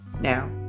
Now